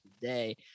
today